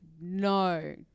No